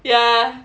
ya